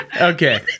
okay